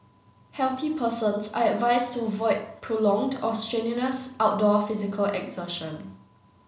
healthy persons are advised to avoid prolonged or strenuous outdoor physical exertion